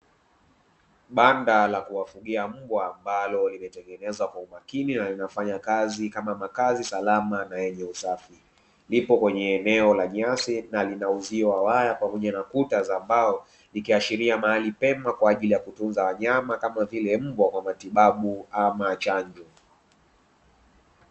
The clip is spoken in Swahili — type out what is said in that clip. Banda la kuwafugia mbwa, ambalo limetengenezwa kwa umakini na linafanya kazi kama makazi salama na yenye usafi, lipo kwenye eneo la nyasi na lina uzio wa waya pamoja na kuta za mbao, ikiashiria mahali pema kwa ajili ya kutunza wanyama kama vile mbwa kwa matibabu ama chanjo.